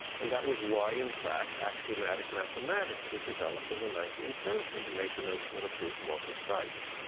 and that was why, in fact, axiomatic mathematics was developed in the nineteenth century, to make the notion of a proof more precise,